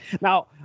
Now